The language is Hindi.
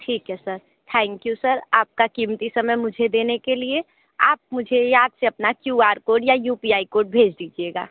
ठीक है सर थैंक यू सर आपका कीमती समय मुझे देने के लिए आप मुझे याद से अपना क्यू आर कोड या यू पी आई कोड भेज दीजिएगा